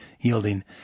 yielding